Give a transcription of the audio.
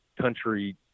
country